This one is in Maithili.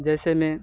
जाहिसँमे